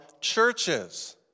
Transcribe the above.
churches